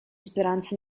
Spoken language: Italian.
speranza